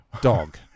dog